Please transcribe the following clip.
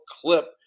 clip